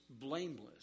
blameless